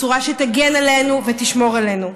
בצורה שתגן עלינו ותשמור עלינו.